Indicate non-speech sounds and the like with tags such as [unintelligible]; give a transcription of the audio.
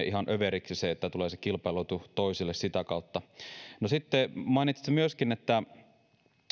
[unintelligible] ihan överiksi se että tulee se kilpailuetu toiselle sitä kautta no sitten kun mainitsitte myöskin